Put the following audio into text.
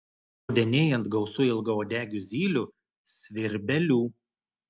rudenėjant gausu ilgauodegių zylių svirbelių